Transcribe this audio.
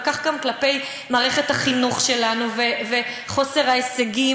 וכך גם כלפי מערכת החינוך שלנו וחוסר ההישגים,